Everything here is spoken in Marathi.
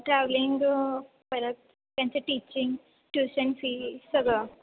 ट्रॅव्हलिंग परत त्यांचे टीचिंग ट्यूशन फी सगळं